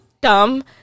dumb